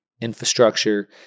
infrastructure